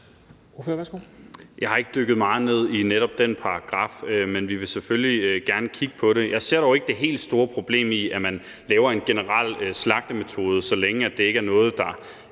Jeg har ikke dykket meget ned i netop den paragraf, men vi vil selvfølgelig gerne kigge på det. Jeg ser dog ikke det helt store problem i, at man laver en generel slagtemetode, så længe det ikke er noget, der